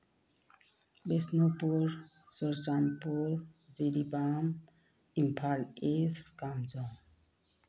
Bishnupur Churachandpur Jiribam Imphal east Kamjong